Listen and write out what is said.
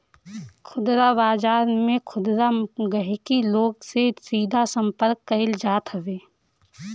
खुदरा बाजार में खुदरा गहकी लोग से सीधा संपर्क कईल जात हवे